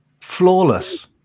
flawless